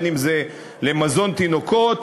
אם מזון לתינוקות,